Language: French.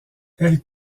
elle